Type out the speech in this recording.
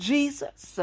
Jesus